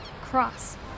cross